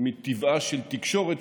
מטבעה של תקשורת,